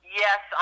yes